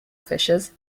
fishers